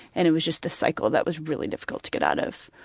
and it was just this cycle that was really difficult to get out of.